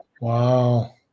Wow